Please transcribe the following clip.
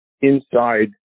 inside